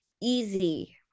easy